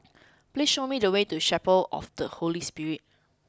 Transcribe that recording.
please show me the way to Chapel of the Holy Spirit